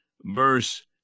verse